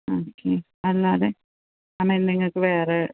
okay അല്ലാതെ I mean നിങ്ങള്ക്ക് വേറെ